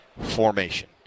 Formation